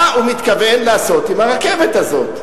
מה הוא מתכוון לעשות עם הרכבת הזאת?